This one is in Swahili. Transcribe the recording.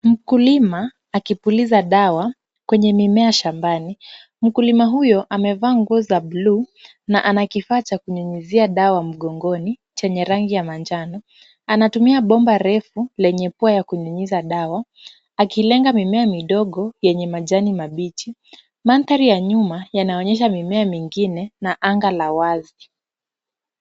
Mkulima akipuliza dawa kwenye mimea shambani, mkulima huyo amevaa nguo za bluu na ana kifaa cha kunyunyizia dawa mgongoni chenye rangi ya manjano, anatumia bomba refu lenye pua ya kunyunyiza dawa, akilenga mimea midogo yenye majani mabichi, mandhari ya nyuma yanaonyesha mimea mingine na anga la wazi.